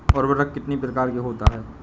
उर्वरक कितनी प्रकार के होता हैं?